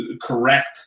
correct